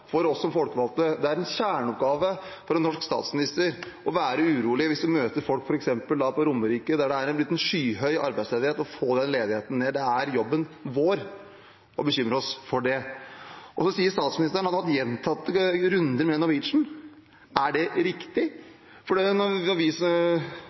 for oss som folkevalgte, det er en kjerneoppgave for en norsk statsminister å være urolig hvis hun møter folk f.eks. på Romerike, der det er blitt skyhøy arbeidsledighet. Å få den ledigheten ned er det jobben vår å bekymre oss for. Så sier statsministeren at hun har hatt gjentatte runder med Norwegian. Er det riktig?